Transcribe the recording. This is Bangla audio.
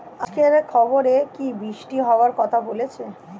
আজকের খবরে কি বৃষ্টি হওয়ায় কথা বলেছে?